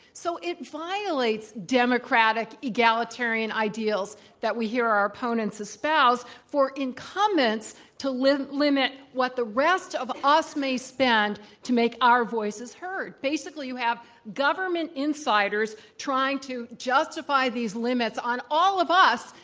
so it violates democratic egalitarian ideals that we hear our opponents espouse for incumbents to limit limit what the rest of us may spend to make our voices heard. basically you have government insiders trying to justify these limits on all of us,